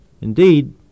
Indeed